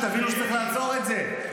שתבינו שצריך לעצור את זה.